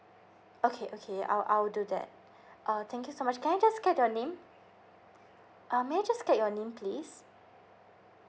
okay okay I'll I'll do that uh thank you so much can I just get your name um may I just get your name please